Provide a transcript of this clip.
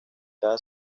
cada